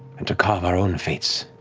and to carve our own fates,